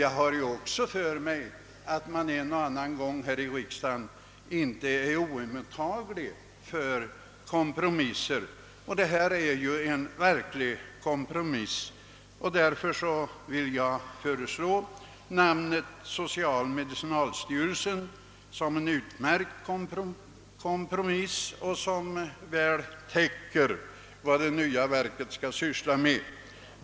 Jag har för mig att man här i riksdagen inte brukar vara oemottaglig för kompromissförslag. Namnet »socialmedicinalstyrelsen» är ju en verklig kompromiss och täcker väl vad det nya verket skall syssla med.